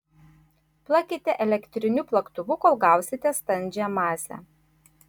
plakite elektriniu plaktuvu kol gausite standžią masę